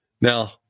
Now